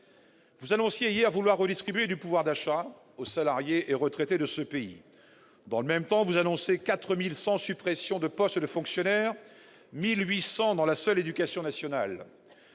avez annoncé hier vouloir redistribuer du pouvoir d'achat aux salariés et retraités de ce pays, mais, dans le même temps, vous annoncez 4 100 suppressions de postes de fonctionnaires, dont 1 800 dans la seule éducation nationale.